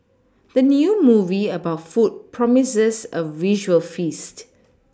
the new movie about food promises a visual feast